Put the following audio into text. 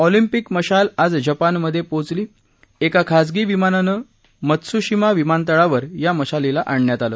Olympic मशाल आज जपानमधे पोचली एका खासगी विमानानं मत्सूशिमा विमानतळावर या मशालीला आणण्यात आलं